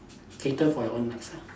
cater for your own needs ah